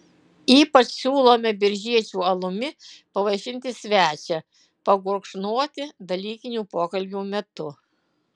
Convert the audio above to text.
ypač siūlome biržiečių alumi pavaišinti svečią pagurkšnoti dalykinių pokalbių metu